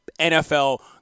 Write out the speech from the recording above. NFL